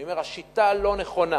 אני אומר, השיטה לא נכונה.